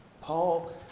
Paul